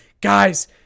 guys